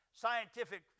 scientific